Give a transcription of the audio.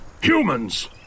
Humans